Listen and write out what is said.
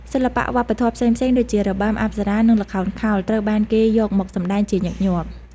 សិល្បៈវប្បធម៌ផ្សេងៗដូចជារបាំអប្សរា និងល្ខោនខោលត្រូវបានគេយកមកសម្តែងជាញឹកញាប់។